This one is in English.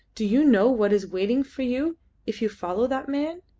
do you know what is waiting for you if you follow that man?